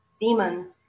demons